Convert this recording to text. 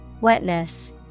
Wetness